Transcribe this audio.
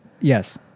Yes